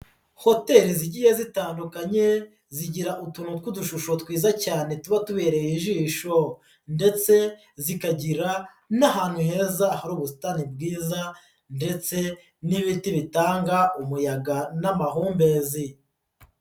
Hoteli zigiye zitandukanye zigira utuntu tw'udushusho twiza cyane tuba tubereye ijisho ndetse zikagira n'ahantu heza hari ubusitani bwiza ndetse n'ibiti bitanga umuyaga n'amahumbezi.